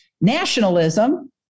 nationalism